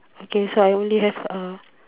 okay so I only have uh